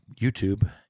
YouTube